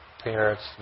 parents